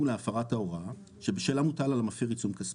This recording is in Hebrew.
להפרת ההוראה שבשלה מוטל על המפר עיצום כספי,